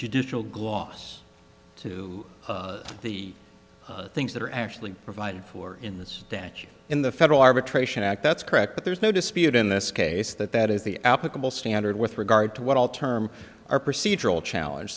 judicial gloss to the things that are actually provided for in this statute in the federal arbitration act that's correct but there's no dispute in this case that that is the applicable standard with regard to what all term are procedural challenge